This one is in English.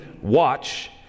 Watch